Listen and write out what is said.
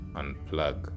unplug